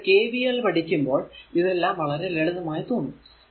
പിന്നീട് KVL പഠിക്കുമോൾ ഇതെല്ലാം വളരെ ലളിതമായി തോന്നും